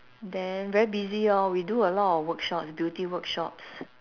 then very busy orh we do a lot of workshops beauty workshops